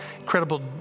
incredible